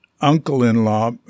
uncle-in-law